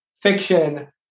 fiction